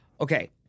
Okay